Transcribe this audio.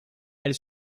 elle